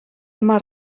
мар